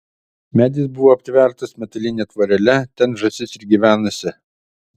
medis buvo aptvertas metaline tvorele ten žąsis ir gyvenusi